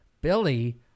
Billy